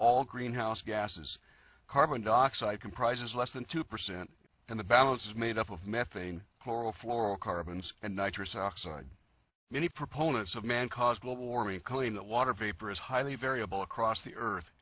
all greenhouse gases carbon dioxide comprises less than two percent and the balance is made up of methane coral floral carbons and niters oxide many proponents of man caused global warming claim that water vapor is highly variable across the earth